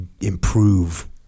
improve